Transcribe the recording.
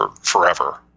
forever